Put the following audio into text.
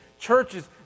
Churches